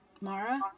Mara